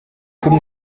kuri